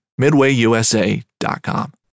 MidwayUSA.com